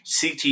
CT